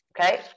Okay